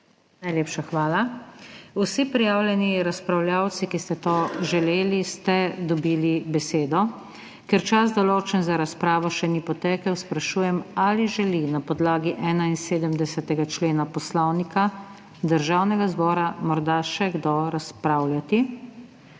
Najlepša hvala. Vsi prijavljeni razpravljavci, ki ste to želeli, ste dobili besedo. Ker čas, določen za razpravo, še ni potekel, sprašujem, ali želi na podlagi 71. člena Poslovnika Državnega zbora morda še kdo razpravljati.